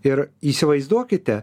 ir įsivaizduokite